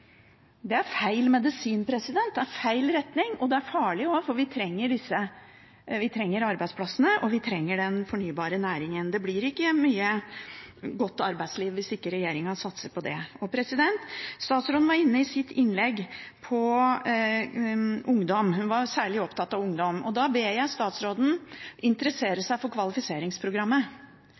Det er feil medisin, det er feil retning. Det er også farlig, for vi trenger arbeidsplassene, og vi trenger den fornybare næringen. Det blir ikke mye godt arbeidsliv hvis ikke regjeringen satser på dette. Statsråden var i sitt innlegg inne på ungdom – hun var særlig opptatt av ungdom. Da ber jeg statsråden